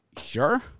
Sure